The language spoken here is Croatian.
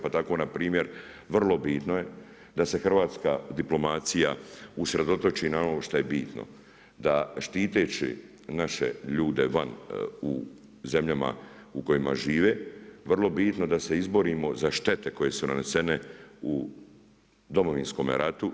Pa tako npr. vrlo bitno je da se Hrvatska diplomacija usredotoči na ono što je bitno da štiteći naše ljude van u zemljama u kojima žive vrlo bitno je da se izborimo za štete koje su nanesene u Domovinskome ratu.